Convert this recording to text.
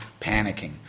panicking